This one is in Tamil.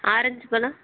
ஆரஞ்சி பழம்